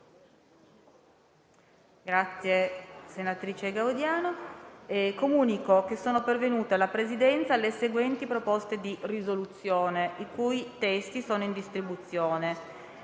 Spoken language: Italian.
una nuova finestra"). Comunico che sono pervenute alla Presidenza le seguenti proposte di risoluzione, i cui testi sono in distribuzione: